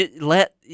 Let